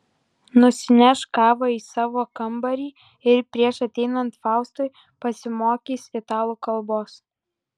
nusineš kavą į savo kambarį ir prieš ateinant faustui pasimokys italų kalbos